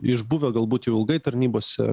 išbuvę galbūt ilgai tarnybose